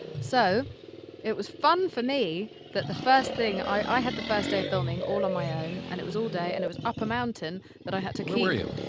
so it was fun for me that the first thing i i had the first day of filming all on my own, and it was all day, and it was up a mountain that i had to keep where were you?